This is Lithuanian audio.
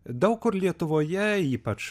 daug kur lietuvoje ypač